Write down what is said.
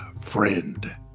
friend